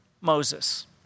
Moses